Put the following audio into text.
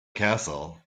castle